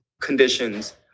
conditions